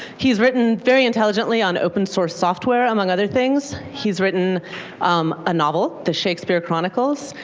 he's written very intelligently on open-source software. among other things, he's written um a novel, the shakespeare chronicles.